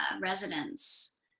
residents